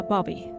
Bobby